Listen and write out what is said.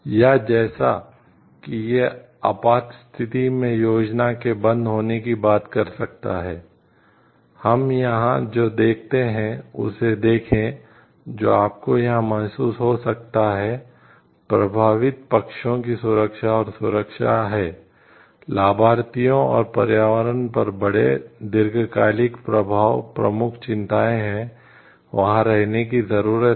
या जैसा कि यह आपात स्थिति में योजना के बंद होने की बात कर सकता है हम यहां जो देखते हैं उसे देखें जो आपको यहां महसूस हो सकता है प्रभावित पक्षों की सुरक्षा और सुरक्षा है लाभार्थियों और पर्यावरण पर बड़े दीर्घकालिक प्रभाव प्रमुख चिंताएं हैं वहां रहने की जरूरत है